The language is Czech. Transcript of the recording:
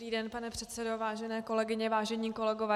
Dobrý den, pane předsedo, vážené kolegyně, vážení kolegové.